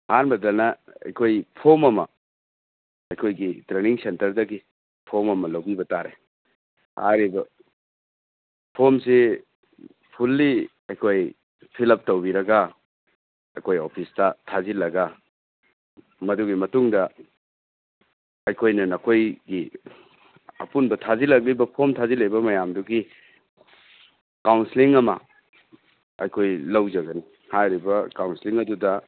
ꯑꯍꯥꯟꯕꯗꯅ ꯑꯩꯈꯣꯏ ꯐꯣꯝ ꯑꯃ ꯑꯩꯈꯣꯏꯒꯤ ꯇ꯭ꯔꯦꯅꯤꯡ ꯁꯦꯟꯇꯔꯗꯒꯤ ꯐꯣꯝ ꯑꯃ ꯂꯧꯕꯤꯕ ꯇꯥꯔꯦ ꯍꯥꯏꯔꯤꯕ ꯐꯣꯝꯁꯤ ꯐꯨꯜꯂꯤ ꯑꯩꯈꯣꯏ ꯐꯤꯂꯞ ꯇꯧꯕꯤꯔꯒ ꯑꯩꯈꯣꯏ ꯑꯣꯐꯤꯁꯇ ꯊꯥꯖꯤꯜꯂꯒ ꯃꯗꯨꯒꯤ ꯃꯇꯨꯡꯗ ꯑꯩꯈꯣꯏꯅ ꯅꯈꯣꯏꯒꯤ ꯑꯄꯨꯟꯕ ꯊꯥꯖꯤꯜꯂꯛꯂꯤꯕ ꯐꯣꯝ ꯊꯥꯖꯤꯜꯂꯛꯂꯤꯕ ꯃꯌꯥꯝꯗꯨꯒꯤ ꯀꯥꯎꯟꯁꯤꯂꯤꯡ ꯑꯃ ꯑꯩꯈꯣꯏ ꯂꯧꯖꯒꯅꯤ ꯍꯥꯏꯔꯤꯕ ꯀꯥꯎꯟꯁꯤꯂꯤꯡ ꯑꯗꯨꯗ